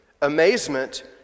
Amazement